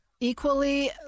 equally